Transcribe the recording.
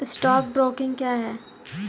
Stock broking क्या है?